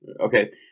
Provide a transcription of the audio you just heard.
Okay